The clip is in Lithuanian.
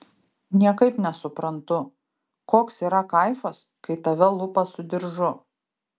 niekaip nesuprantu koks yra kaifas kai tave lupa su diržu